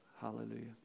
hallelujah